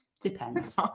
Depends